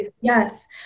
yes